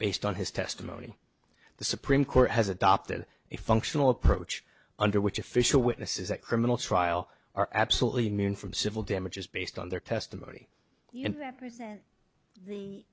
based on his testimony the supreme court has adopted a functional approach under which official witnesses a criminal trial are absolutely mune from civil damages based on their testimony in th